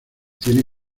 tiene